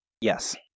Yes